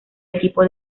equipo